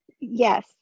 Yes